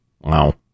Wow